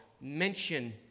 mention